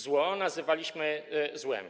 Zło nazywaliśmy złem.